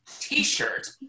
t-shirt